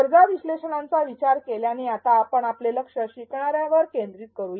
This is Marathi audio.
गरजा विश्लेषणाचा विचार केल्याने आता आपण आपले लक्ष शिकणाऱ्यांवर केंद्रित करूया